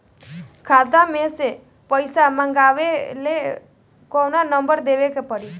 खाता मे से पईसा मँगवावे ला कौन नंबर देवे के पड़ी?